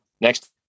Next